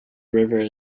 river